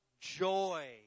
joy